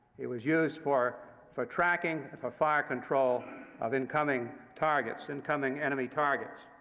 it was used for for tracking, for fire control of incoming targets, incoming enemy targets.